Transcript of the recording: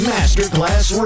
Masterclass